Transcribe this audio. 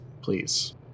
please